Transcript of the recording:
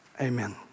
amen